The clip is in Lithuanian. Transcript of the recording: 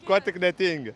ko tik netingi